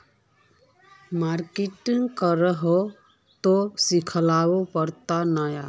Market करे है उ ते सिखले पड़ते नय?